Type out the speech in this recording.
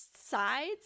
sides